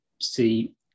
see